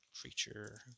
creature